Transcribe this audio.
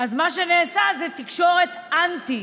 אז מה שנעשה זה תקשורת אנטי: